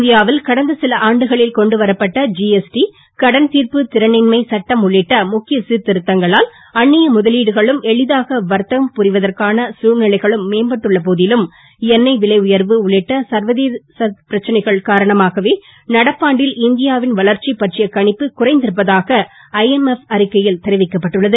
இந்தியாவில் கடந்த சில வரப்பட்ட ஜிஎஸ்டி கடன் திர்ப்பு திறன்னின்மை சட்டம் உள்ளிட்ட முக்கிய சிர்திருத்தங்களால் அன்னிய முதலீடுகளும் எளிதாக வர்த்தகம் புரிவதற்கான தழ்நிலைகளும் மேம்பட்டுள்ள போதிலும் எண்ணெய் விலை உயர்வு உள்ளிட்ட சர்வதேச பிரச்சனைகள் காரணமாகவே நடப்பாண்டில் இந்தியாவின் வளர்ச்சிப் பற்றிய கணிப்பு குறைந்திருப்பதாக ஐஎம்எப் அறிக்கையில் தெரிவிக்கப்பட்டுள்ளது